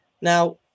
Now